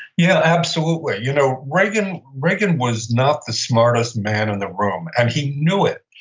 yeah, absolutely. you know reagan reagan was not the smartest man in the room, and he knew it.